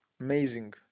amazing